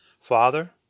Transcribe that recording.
father